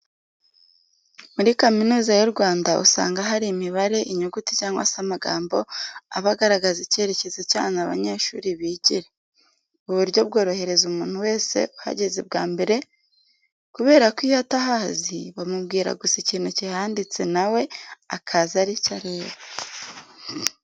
Muri Kaminuza y'u Rwanda usanga hari imibare, inyuguti cyangwa se amagambo aba agaragaza icyerekezo cy'ahantu abanyeshuri bigira. Ubu buryo bworohereza umuntu wese uhageze bwa mbere kubera ko iyo atahazi, bamubwira gusa ikintu kihanditse na we akaza ari cyo areba.